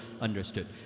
understood